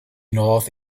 north